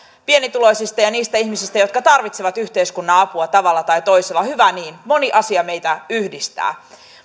pienituloisista ja niistä ihmisistä jotka tarvitsevat yhteiskunnan apua tavalla tai toisella hyvä niin moni asia meitä yhdistää